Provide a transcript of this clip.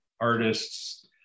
artists